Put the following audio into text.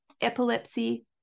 epilepsy